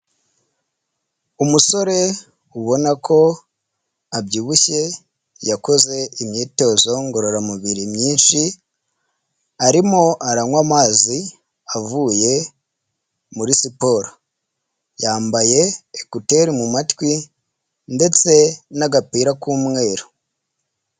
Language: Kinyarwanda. Umusore ubona ko abyibushye, yakoze imyitozo ngororamubiri myinshi. Arimo arankwa amazi avuye muri siporo yambaye ekuteri mu matwi ndetse na gapira k’ umweru.